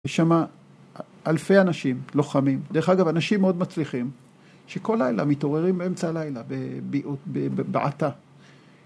יש שמה אלפי אנשים, לוחמים, דרך אגב אנשים מאוד מצליחים, שכל לילה מתעוררים באמצע הלילה בבעתה